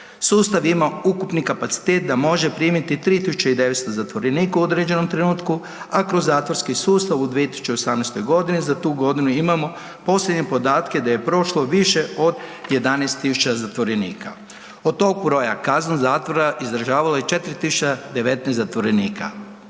Sustav ima ukupni kapacitet da može primiti 3.900 zatvorenika u određenom trenutku, a kroz zatvorski sustav u 2018. godini za tu godinu imamo posljednje podatke da je prošlo više od 11.000 zatvorenika. Od tog broja kaznu zatvora izdržavalo je 4.019 zatvorenika,